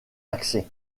accès